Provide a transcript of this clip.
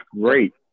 great